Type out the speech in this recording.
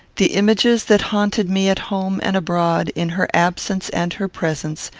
the images that haunted me at home and abroad, in her absence and her presence,